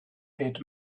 had